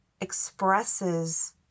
expresses